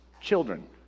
children